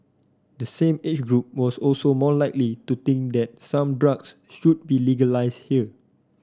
the same age group was also more likely to think that some drugs should be legalised here